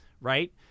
Right